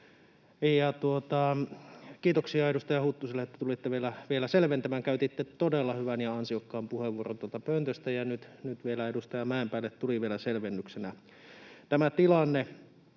Kiitoksia edustaja Huttuselle, että tulitte vielä selventämään. Käytitte todella hyvän ja ansiokkaan puheenvuoron tuolta pöntöstä, ja nyt vielä edustaja Mäenpäälle tuli selvennyksenä tämä tilanne.